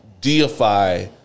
deify